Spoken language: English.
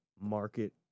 market